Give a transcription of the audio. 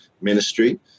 ministry